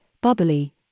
bubbly